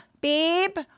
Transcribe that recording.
babe